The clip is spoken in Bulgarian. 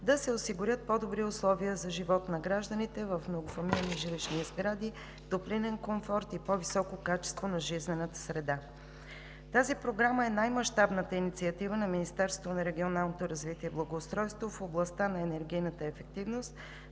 да се осигурят по-добри условия за живот на гражданите в многофамилни жилищни сгради, топлинен комфорт и по-високо качество на жизнената среда. Тази програма е най-мащабната инициатива на Министерството на регионалното развитие и благоустройството в областта на енергийната ефективност